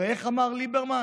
איך אמר ליברמן?